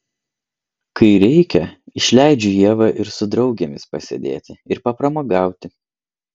kai reikia išleidžiu ievą ir su draugėmis pasėdėti ir papramogauti